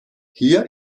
hier